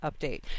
update